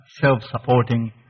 self-supporting